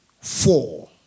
Four